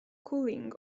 cooling